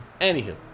Anywho